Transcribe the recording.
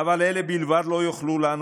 "אבל אלה בלבד לא יוכלו לנו.